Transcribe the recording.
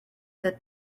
that